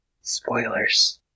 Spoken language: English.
Spoilers